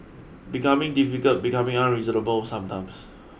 becoming difficult becoming unreasonable sometimes